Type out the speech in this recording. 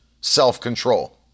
self-control